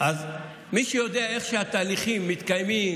אז מי שיודע איך שהתהליכים מתקיימים,